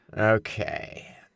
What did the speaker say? Okay